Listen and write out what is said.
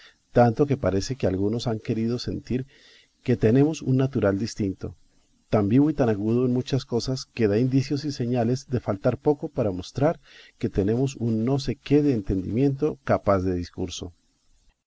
tanto que parece que algunos han querido sentir que tenemos un natural distinto tan vivo y tan agudo en muchas cosas que da indicios y señales de faltar poco para mostrar que tenemos un no sé qué de entendimiento capaz de discurso